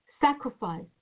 sacrifice